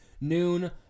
noon